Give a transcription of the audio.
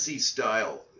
Style